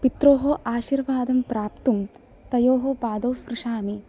पित्रोः अशीर्वादं प्राप्तुं तयोः पादौ स्पृशामि